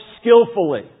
skillfully